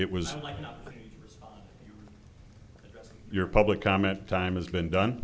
it was your public comment time has been done